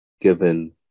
given